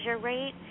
rate